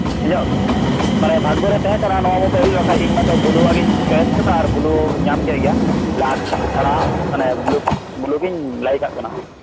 ᱤᱧᱟᱜ ᱢᱟᱱᱮ ᱵᱷᱟᱜᱽᱜᱚᱨᱮ ᱛᱟᱦᱮᱸ ᱠᱟᱱᱟ ᱱᱚᱶᱟ ᱢᱳᱵᱟᱭᱤᱞ ᱤᱧᱢᱟᱛᱚ ᱵᱞᱩ ᱣᱟᱜ ᱜᱤᱧ ᱪᱚᱭᱮᱥ ᱟᱠᱟᱫᱟ ᱟᱨ ᱵᱞᱩ ᱣᱟᱜ ᱜᱤᱧ ᱧᱟᱢ ᱠᱮᱫ ᱜᱮᱭᱟ ᱵᱞᱮᱠ ᱪᱷᱟᱲᱟ ᱢᱟᱱᱮ ᱵᱞᱩ ᱵᱞᱩ ᱜᱤᱧ ᱞᱟᱭᱤᱠ ᱟᱜ ᱠᱟᱱᱟ